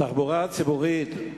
התחבורה הציבורית,